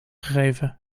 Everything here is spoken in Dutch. gegeven